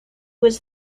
was